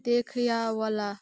देखैवला